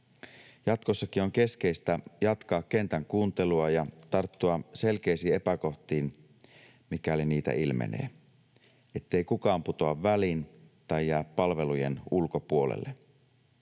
Jatkossakin on keskeistä jatkaa kentän kuuntelua ja tarttua selkeisiin epäkohtiin, mikäli niitä ilmenee, ettei kukaan putoa väliin tai jää palvelujen ulkopuolelle.